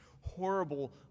horrible